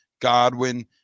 Godwin